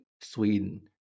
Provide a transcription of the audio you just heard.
Sweden